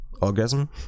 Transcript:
Orgasm